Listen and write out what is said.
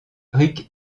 ric